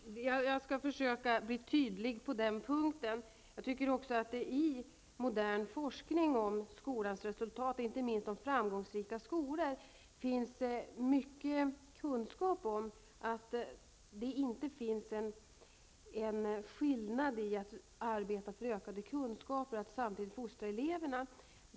Herr talman! Jag skall försöka bli tydlig på den punkten. I modern forskning om skolans resultat och inte minst om framgångsrika skolor har framkommit att det inte finns någon motsättning i att arbeta för ökade kunskaper och samtidigt fostra eleverna.